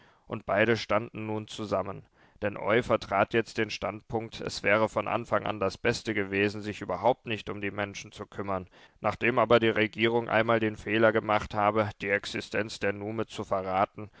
und beide standen nun zusammen denn eu vertrat jetzt den standpunkt es wäre von anfang an das beste gewesen sich überhaupt nicht um die menschen zu kümmern nachdem aber die regierung einmal den fehler gemacht habe die existenz der nume zu verraten